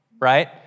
right